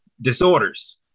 disorders